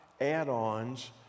add-ons